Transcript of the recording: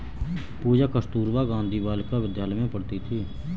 पूजा कस्तूरबा गांधी बालिका विद्यालय में पढ़ती थी